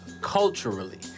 culturally